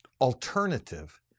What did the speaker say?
alternative